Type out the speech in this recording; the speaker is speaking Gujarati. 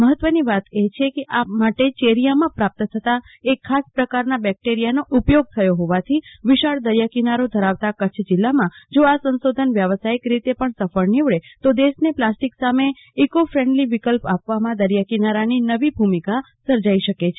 મહત્વની વાત એ છે કે આ માટે ચેરિયામાં પ્રાપ્ત થતા એક ખાસ પ્રકારના બેક્ટેરિયાનો ઉપયોગ થયો હોવાથી વિશાળ દરિયાકિનારો ધરાવતા કચ્છ જિલ્લામાં જો આ સંશોધન વ્યવસાયિક રીતે પણ જો સફળ નિવડે તો દેશને પ્લાસ્ટિક સામે ઈકોફેજ્ડલી વિકલ્પ આપવામાં દરિયાકિનારાની નવી ભુમિકા સર્જાઈ શકે છે